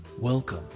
Welcome